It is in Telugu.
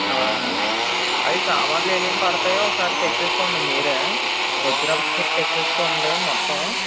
అవి సామానులు ఏమేమి పడతాయో ఒకసారి తెచ్చుకోండి మీరు వచ్చేటప్పుడు మీరు తెచ్చుకోండి మొత్తం